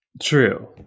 True